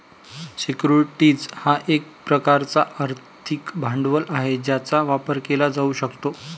securities हा एक प्रकारचा आर्थिक भांडवल आहे ज्याचा व्यापार केला जाऊ शकतो